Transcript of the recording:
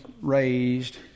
raised